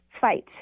fight